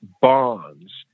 bonds